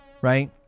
Right